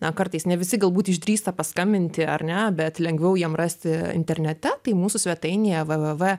na kartais ne visi galbūt išdrįsta paskambinti ar ne bet lengviau jiem rasti internete tai mūsų svetainėje v v v